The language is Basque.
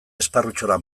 esparrutxora